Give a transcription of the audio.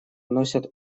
носят